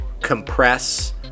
compress